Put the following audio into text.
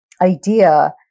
idea